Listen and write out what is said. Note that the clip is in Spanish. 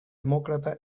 demócrata